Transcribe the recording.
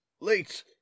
late